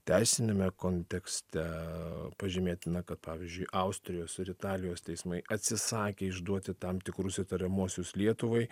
teisiniame kontekste pažymėtina kad pavyzdžiui austrijos ir italijos teismai atsisakė išduoti tam tikrus įtariamuosius lietuvai